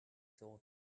thought